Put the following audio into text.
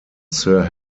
sir